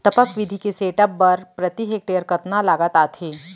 टपक विधि के सेटअप बर प्रति हेक्टेयर कतना लागत आथे?